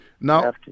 Now